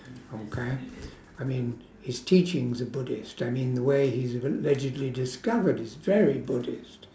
okay I mean his teachings are buddhist I mean the way he's allegedly discovered is very buddhist